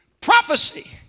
Prophecy